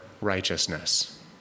righteousness